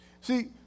See